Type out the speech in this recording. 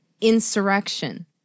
insurrection